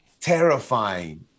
terrifying